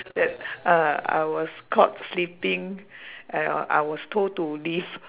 that uh I was caught sleeping I w~ I was told to leave